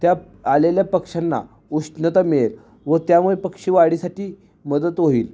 त्या आलेल्या पक्ष्यांना उष्णता मिळेल व त्यामुळे पक्षी वाढीसाठी मदत होईल